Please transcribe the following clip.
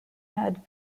had